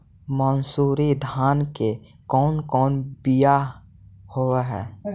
मनसूरी धान के कौन कौन बियाह होव हैं?